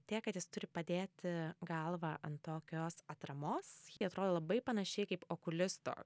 tiek kad jis turi padėti galvą ant tokios atramos ji atrodo labai panašiai kaip okulisto